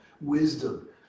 wisdom